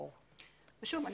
שוב,